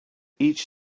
each